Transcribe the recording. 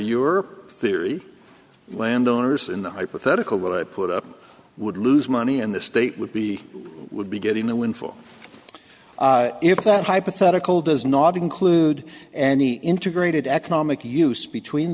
your theory landowners in the hypothetical what i put up would lose money in this state would be would be getting a windfall if that hypothetical does not include an e integrated economic use between